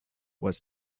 was